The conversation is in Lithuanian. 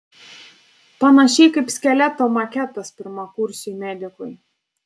panašiai kaip skeleto maketas pirmakursiui medikui